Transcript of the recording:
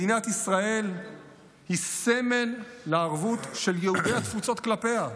מדינת ישראל היא סמל לערבות של יהודי התפוצות כלפיה.